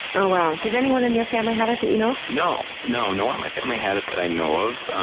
oh wow. did anyone in your family have it that you know of? no, no one in my family had it that i know of.